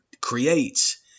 creates